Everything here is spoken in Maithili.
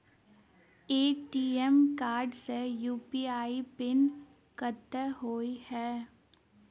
ए.टी.एम कार्ड मे यु.पी.आई पिन कतह होइ है?